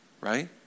right